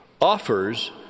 offers